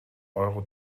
euro